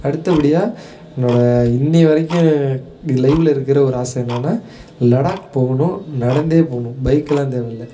அடுத்தப்படியாக என்னோடய இன்றைய வரைக்கும் லைவில் இருக்கிற ஒரு ஆசை என்னென்னா லடாக் போகணும் நடந்தே போகணும் பைக்லாம் தேவையில்ல